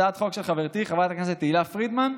הצעת החוק של חברתי חברת הכנסת תהלה פרידמן,